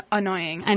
annoying